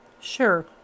Sure